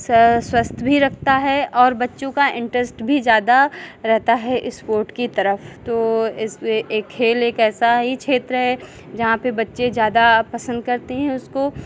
स स्वस्थ भी रखता है और बच्चों का इंटरेस्ट भी ज़्यादा रहता है स्पोर्ट के तरफ़ तो इस् खेल एक ऐसा ही क्षेत्र है जहाँ पे बच्चे ज़्यादा पसंद करते हैं उसको